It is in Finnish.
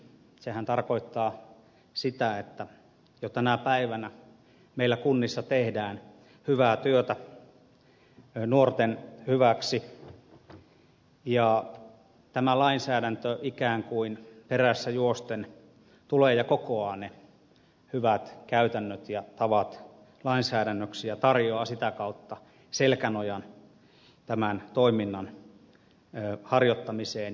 sehän tarkoittaa sitä että jo tänä päivänä meillä kunnissa tehdään hyvää työtä nuorten hyväksi ja tämä lainsäädäntö ikään kuin perässä juosten tulee ja kokoaa ne hyvät käytännöt ja tavat lainsäädännöksi ja tarjoaa sitä kautta selkänojan tämän toiminnan harjoittamiseen ja kehittämiseen